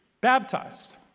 baptized